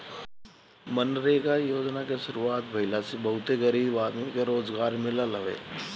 मनरेगा योजना के शुरुआत भईला से बहुते गरीब आदमी के रोजगार मिलल हवे